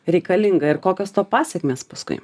reikalinga ir kokios to pasekmės paskui